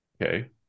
okay